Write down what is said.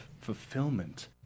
fulfillment